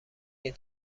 این